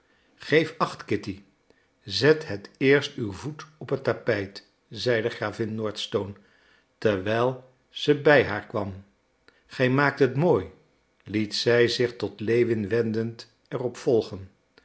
geef acht kitty zet het eerst uw voet op het tapijt zeide gravin nordstone terwijl ze bij haar kwam gij maakt het mooi liet zij zich tot lewin wendend er op volgen